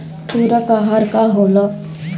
पुरक अहार का होला?